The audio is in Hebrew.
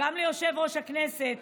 גם ליושב-ראש ועדת הכנסת